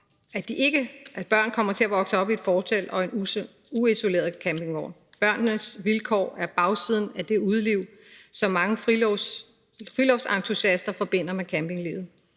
ikke kommer til at vokse op i et fortelt og en uisoleret campingvogn. Børnenes vilkår er bagsiden af det udeliv, som mange friluftsentusiaster forbinder med campinglivet.